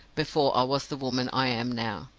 before i was the woman i am now.